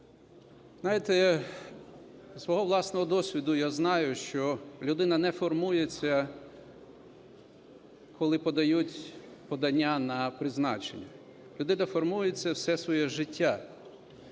Знаєте, з свого власного досвіду я знаю, що людина не формується, коли подають подання на призначення. Людина формується все своє життя,